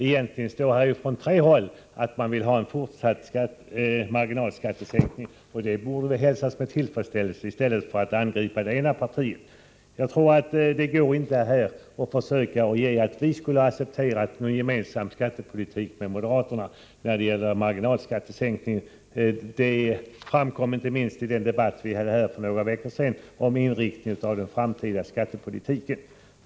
Egentligen har ju anförts från tre håll att marginalskatterna bör sänkas — och det borde finansministern hälsa med tillfredsställelse i stället för att angripa det ena partiet. Det finns inga belägg för att vi skulle acceptera att ha en gemensam linje med moderaterna när det gäller skattepolitiken — det framkom inte minst i den debatt vi hade här för några veckor sedan om inriktningen av den framtida skattepolitiken.